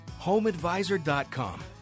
HomeAdvisor.com